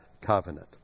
covenant